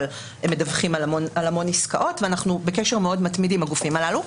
אבל הם מדווחים על המון עסקאות ואנחנו בקשר מאוד מתמיד עם הגופים הללו.